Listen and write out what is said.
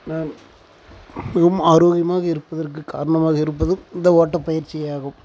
நான் மிகவும் ஆரோக்கியமாக இருப்பதற்கு காரணமாக இருப்பதும் இந்த ஓட்டப்பயிற்சி ஆகும்